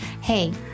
Hey